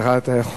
להתעודד.